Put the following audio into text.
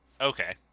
Okay